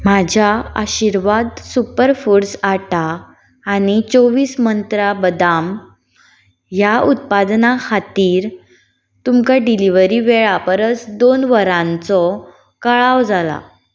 म्हज्या Aashirvaad super foods आटा आनी चोवीस मंत्रा बदाम ह्या उत्पादनां खातीर तुमकां डिलिव्हरी वेळा परस दोन वरांचो कळाव जाला